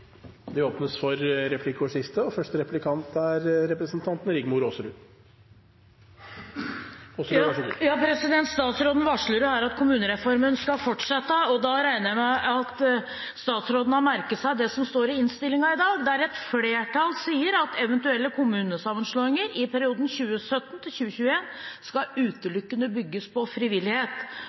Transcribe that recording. fortsette. Det blir replikkordskifte. Statsråden varsler her at kommunereformen skal fortsette. Da regner jeg med at statsråden har merket seg det som står i innstillingen i dag, der et flertall sier: «Eventuelle kommunesammenslåinger i perioden 2017–2021 skal utelukkende bygge på frivillighet.»